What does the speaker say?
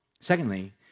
Secondly